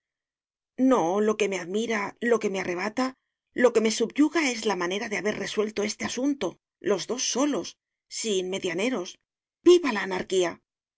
no lo que me admira lo que me arrebata lo que me subyuga es la manera de haber resuelto este asunto los dos solos sin medianeros viva la anarquía